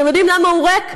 אתם יודעים למה הוא ריק?